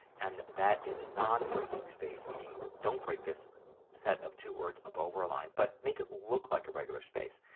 and that is a non breaking space meaning don't break this set of two words up over a line but make it look like a regular space.